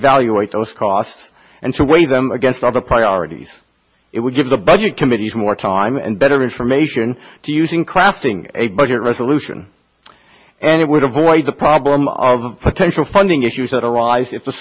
evaluate those costs and to weigh them against other priorities it would give the budget committees more time and better information to use in crafting a budget resolution and it would avoid the problem of potential funding issues that arise if